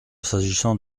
s’agissant